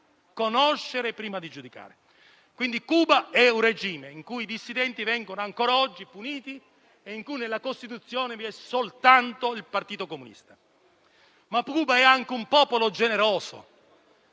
conoscere prima di giudicare. Pertanto Cuba è un regime in cui i dissidenti vengono ancora oggi puniti e in cui nella Costituzione vi è soltanto il Partito comunista. Cuba è però anche un popolo generoso,